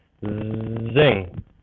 Zing